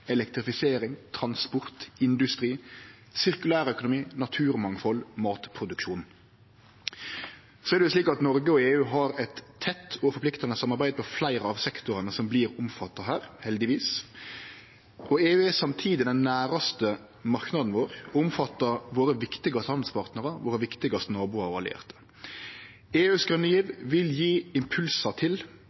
elektrifisering, transport, industri, sirkulær økonomi, naturmangfald og matproduksjon. Noreg og EU har eit tett og forpliktande samarbeid på fleire av sektorane som vert omfatta her, heldigvis. EU er samtidig den næraste marknaden vår og omfattar våre viktigaste handelspartnarar og viktigaste naboar og allierte. EUs grøne giv vil gje impulsar til